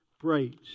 bright